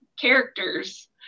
characters